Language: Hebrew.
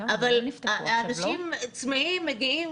אבל אנשים צמאים, מגיעים.